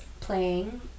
playing